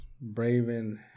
braving